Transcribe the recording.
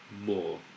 more